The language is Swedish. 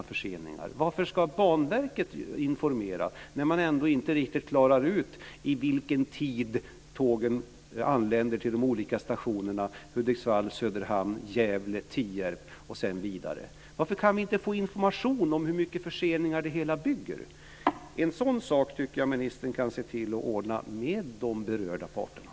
Rekordet var när jag fick stå och vänta i två timmar och blev desinformerad.